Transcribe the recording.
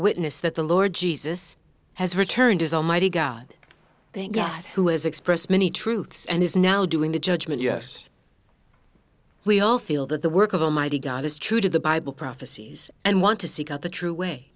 witness that the lord jesus has returned is almighty god who has expressed many truths and is now doing the judgment yes we all feel that the work of almighty god is true to the bible prophecies and want to seek out the true way